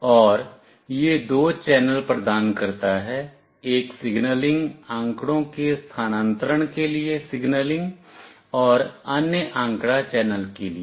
और यह दो चैनल प्रदान करता है एक सिग्नलिंग आंकड़ों के स्थानांतरण के लिए सिग्नलिंग और अन्य आंकड़ा चैनल के लिए